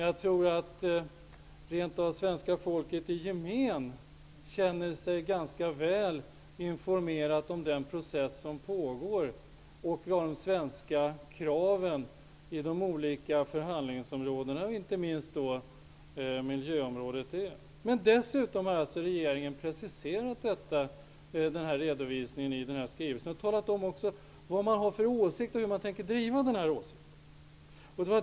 Jag tror dock att svenska folket i gemen känner sig ganska väl informerat om den process som pågår och om de svenska kraven på de olika förhandlingsområdena, inte minst miljöområdet. Dessutom har regeringen gjort en preciserad redovisning i den här skrivelsen och talat om vad man har för åsikt och hur man tänker driva den. Herr talman!